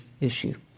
issue